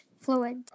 fluid